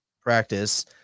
practice